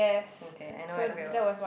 okay I know what you talking about